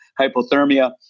hypothermia